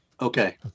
Okay